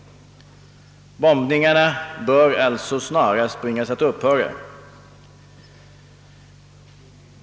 Bombningarna bör alltså snarast bringas att upphöra.